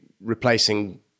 replacing